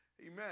Amen